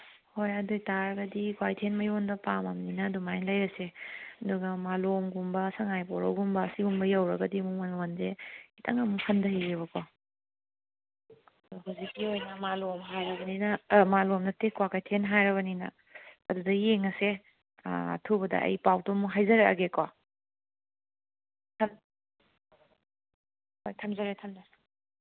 ꯍꯣꯏ ꯑꯗꯨꯏ ꯇꯥꯔꯒꯗꯤ ꯀ꯭ꯋꯥꯏꯇꯦꯜ ꯃꯌꯣꯟꯗ ꯄꯥꯝꯃꯝꯅꯤꯅ ꯑꯗꯨꯃꯥꯏꯅ ꯂꯩꯔꯁꯦ ꯑꯗꯨꯒ ꯃꯥꯂꯣꯝꯒꯨꯝꯕ ꯁꯉꯥꯏꯄ꯭ꯔꯧꯒꯨꯝꯕ ꯁꯤꯒꯨꯝꯕ ꯌꯧꯔꯒꯗꯤ ꯑꯃꯨꯛ ꯃꯃꯟꯁꯦ ꯈꯤꯇꯪ ꯑꯃꯨꯛ ꯍꯟꯊꯩꯌꯦꯕꯀꯣ ꯍꯧꯖꯤꯛꯀꯤ ꯑꯣꯏꯅ ꯃꯥꯂꯣꯝ ꯍꯥꯏꯔꯕꯅꯤꯅ ꯃꯥꯂꯣꯝ ꯅꯠꯇꯦ ꯀ꯭ꯋꯥꯀꯩꯊꯦꯜ ꯍꯥꯏꯔꯕꯅꯤꯅ ꯑꯗꯨꯗ ꯌꯦꯡꯉꯁꯦ ꯑꯊꯨꯕꯗ ꯑꯩ ꯄꯥꯎꯗꯨ ꯑꯃꯨꯛ ꯍꯥꯏꯖꯔꯛꯑꯒꯦꯀꯣ ꯍꯣꯏ ꯊꯝꯖꯔꯦ ꯊꯝꯖꯔꯦ